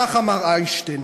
כך אמר איינשטיין: